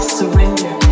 surrender